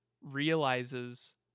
realizes